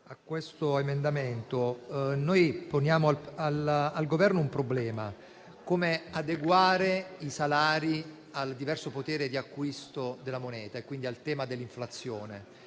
con l'emendamento 5.54 poniamo al Governo un problema, ovvero come adeguare i salari al mutato potere di acquisto della moneta e quindi al tema dell'inflazione.